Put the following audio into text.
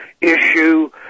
issue